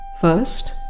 First